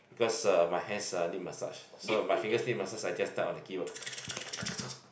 because uh my hands uh need massage so my fingers need massage I just type on the keyboard